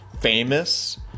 famous